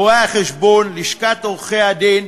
רואי-החשבון, לשכת עורכי-הדין,